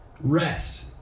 Rest